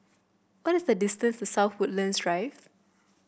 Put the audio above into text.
what is the distance South Woodlands Drive